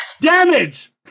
damage